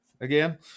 again